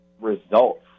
results